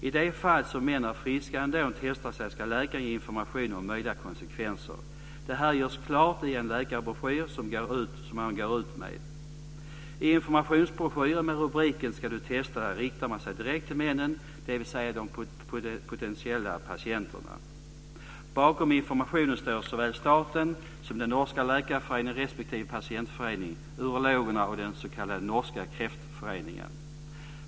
I de fall män som är friska ändå testar sig ska läkaren ge information om möjliga konsekvenser. Det här görs klart i en läkarbroschyr. I en informationsbroschyr med rubriken Skall du testa dig? riktar man sig till direkt till männen, dvs. de potentiella patienterna. Bakom informationen står såväl staten som den norska läkarföreningen respektive patientföreningen, urologerna och den s.k. norske kreftforeningen.